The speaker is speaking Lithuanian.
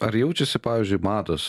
ar jaučiasi pavyzdžiui mados